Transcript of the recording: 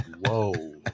whoa